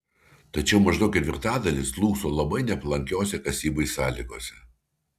tačiau maždaug ketvirtadalis slūgso labai nepalankiose kasybai sąlygose